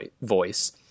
voice